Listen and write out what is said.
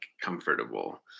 comfortable